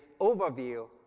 overview